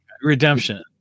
Redemption